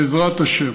בעזרת השם.